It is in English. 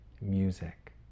Music